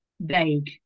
vague